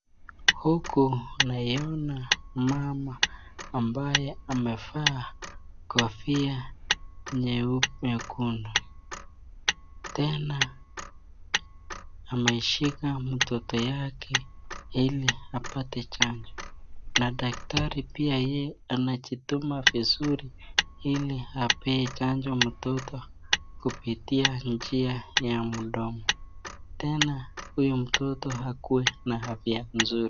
Huku naiona mama ambaye amevaa kofia nyekundu. Tena ameshika mtoto yake ili apate chanjo na daktari pia yeye anajituma vizuri ili apee chanjo mtoto kupitia njia ya mdomo tena huyu mtoto akuwe na aya mzuri.